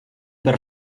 per